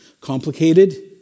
complicated